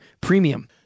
Premium